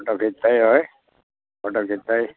photo खिच्दै है photo खिच्दै